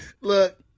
Look